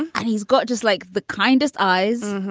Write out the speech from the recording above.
and he's got just like the kindest eyes,